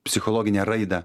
psichologinę raidą